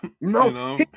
No